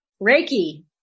Reiki